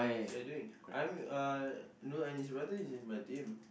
ya doing I'm uh Nurul-Aini's brother is in my team